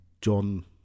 John